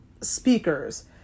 speakers